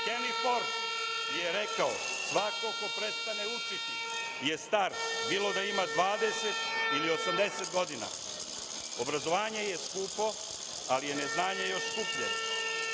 Ford je rekao „Svako ko prestane učiti je star, bilo da ima 20 ili 80 godina. Obrazovanje je skupo, ali je neznanje još skuplje“.Znate,